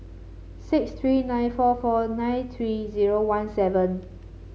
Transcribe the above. six three nine four four nine three zero one seven